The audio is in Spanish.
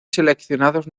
seleccionados